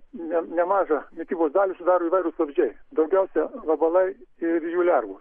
ne nemažą mitybos dalį sudaro įvairūs vabzdžiai daugiausia vabalai ir jų lervos